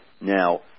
Now